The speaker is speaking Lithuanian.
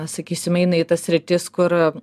sakysim eina į tas sritis kur